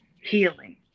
healing